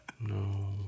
No